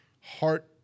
heart